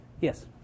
Yes